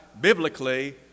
biblically